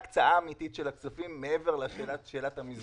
הם ההקצאה האמיתית של הכספים מעבר לשאלת המסגרות.